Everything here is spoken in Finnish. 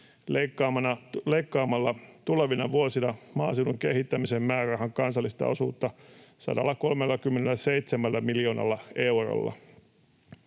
leikkaamalla tulevina vuosina maaseudun kehittämisen määrärahan kansallista osuutta 137 miljoonalla eurolla.